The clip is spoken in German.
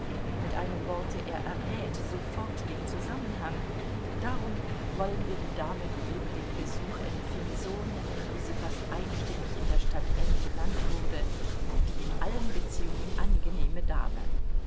mit einem worte er errät sofort den zusammenhang darum wollen wir die dame die eben den besuch empfing so nennen wie sie fast einstimmig in der stadt n genannt wurde die in allen beziehungen angenehme dame